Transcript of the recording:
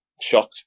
shocked